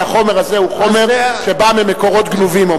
שהחומר הזה הוא חומר שבא ממקורות גנובים או